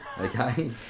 okay